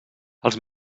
els